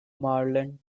maryland